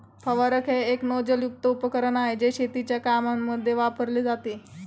फवारक हे एक नोझल युक्त उपकरण आहे, जे शेतीच्या कामांमध्ये वापरले जाते